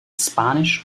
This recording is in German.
spanisch